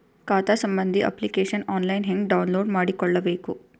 ಖಾತಾ ಸಂಬಂಧಿ application online ಹೆಂಗ್ ಡೌನ್ಲೋಡ್ ಮಾಡಿಕೊಳ್ಳಬೇಕು?